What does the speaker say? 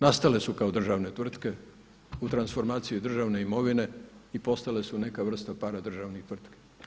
Nastale su kao državne tvrtke u transformaciji državne imovine i postale su neka vrsta paradržavnih tvrtki.